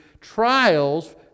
trials